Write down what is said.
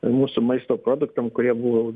mūsų maisto produktam kurie buvo